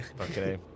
Okay